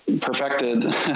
perfected